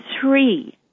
three